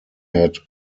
had